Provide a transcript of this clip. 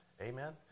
amen